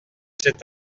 cet